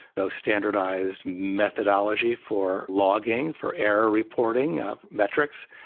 no standardized methodology for logging, for error reporting of metrics.